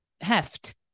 heft